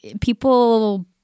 people